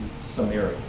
Samaria